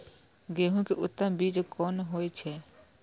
गेंहू के उत्तम बीज कोन होय छे?